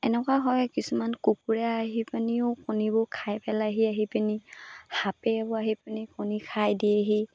এনেকুৱা হয় কিছুমান কুকুৰে আহি পেনিও কণীবোৰ খাই পেলাইহি আহি পিনি সাপেও আহি পিনি কণী খাই দিয়েহি